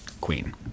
Queen